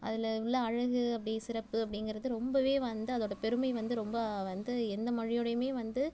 அதில் உள்ள அழகு அப்படி சிறப்பு அப்படிங்கிறது ரொம்பவே வந்து அதோடய பெருமை வந்து ரொம்ப வந்து எந்த மொழியோடையுமே வந்து